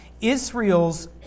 Israel's